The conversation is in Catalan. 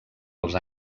els